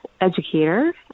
educator